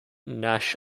nash